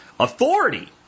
Authority